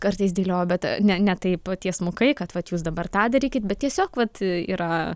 kartais dėlioju bet ne ne taip tiesmukai kad vat jūs dabar tą darykit bet tiesiog vat yra